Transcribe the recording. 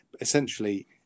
Essentially